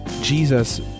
Jesus